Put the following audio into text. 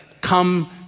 come